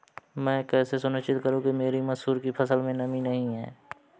मैं कैसे सुनिश्चित करूँ कि मेरी मसूर की फसल में नमी नहीं है?